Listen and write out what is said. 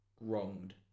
wronged